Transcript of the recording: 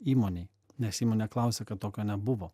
įmonei nes įmonė klausia kad tokio nebuvo